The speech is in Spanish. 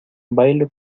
bailo